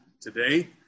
today